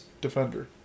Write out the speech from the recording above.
defender